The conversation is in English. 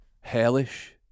Hellish